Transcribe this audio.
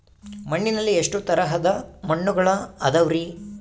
ಮಣ್ಣಿನಲ್ಲಿ ಎಷ್ಟು ತರದ ಮಣ್ಣುಗಳ ಅದವರಿ?